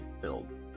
build